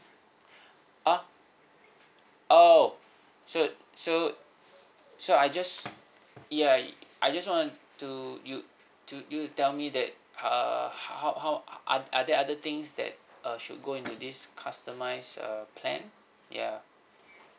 ah oh so so so I just ya I just want to you to you tell me that err how how are are are there other things that uh should go into this customise uh plan ya